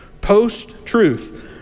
post-truth